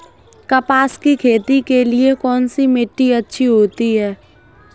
कपास की खेती के लिए कौन सी मिट्टी अच्छी होती है?